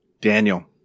Daniel